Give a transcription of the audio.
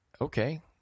okay